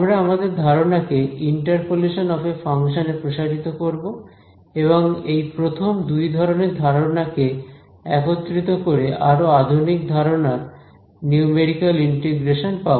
আমরা আমাদের ধারণা কে ইন্টারপোলেশন অফ এ ফাংশন এ প্রসারিত করব এবং এই প্রথম দুই ধরনের ধারনা কে একত্রিত করে আরো আধুনিক ধারণার নিউমেরিক্যাল ইন্টিগ্রেশন পাব